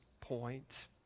point